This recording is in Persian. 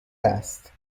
است